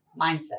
Mindset